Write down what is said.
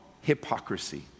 hypocrisy